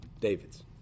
David's